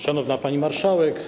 Szanowna Pani Marszałek!